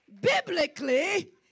Biblically